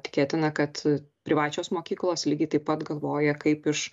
tikėtina kad privačios mokyklos lygiai taip pat galvoja kaip iš